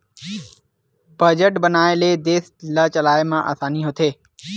budget बनाए ले देस ल चलाए म असानी होथे